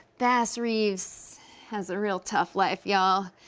bass reeves has a real tough life, y'all.